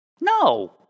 No